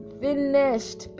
finished